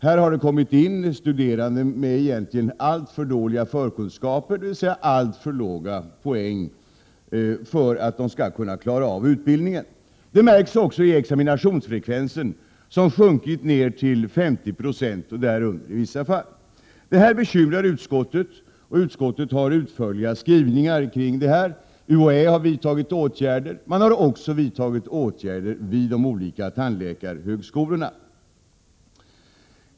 Det har kommit in studerande med egentligen alltför dåliga förkunskaper, dvs. alltför låga poäng, för att de skall klara av utbildningen. Det märks också i examinationsfrekvensen, som sjunkit ned till 50 96 och i vissa fall där under. Detta bekymrar utskottet, och utskottet har utförliga skrivningar kring detta. UHÄ har vidtagit åtgärder, och man har också vidtagit åtgärder vid de olika tandläkarhögskolorna.